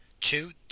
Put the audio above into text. Two